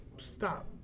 stop